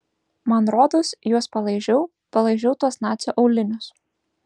man rodos juos palaižiau palaižiau tuos nacio aulinius